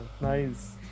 nice